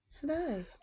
Hello